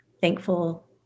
thankful